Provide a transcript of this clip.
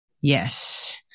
Yes